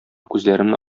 күзләремне